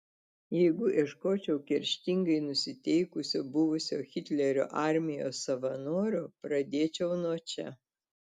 jeigu ieškočiau kerštingai nusiteikusio buvusio hitlerio armijos savanorio pradėčiau nuo čia